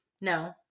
No